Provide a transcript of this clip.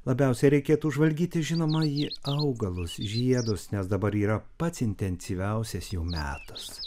labiausiai reikėtų žvalgytis žinoma ji augalus žiedus nes dabar yra pats intensyviausias metas